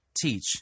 teach